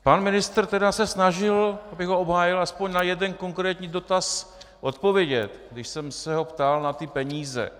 Pan ministr se snažil, abych ho obhájil, aspoň na jeden konkrétní dotaz odpovědět, když jsem se ho ptal na ty peníze.